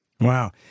Wow